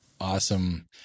Awesome